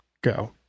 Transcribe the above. go